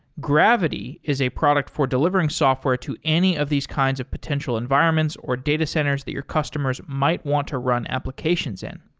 gravity is a product for delivering software to any of these kinds of potential environments or data centers that your customers might want to run applications in.